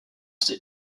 ses